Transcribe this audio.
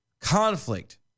conflict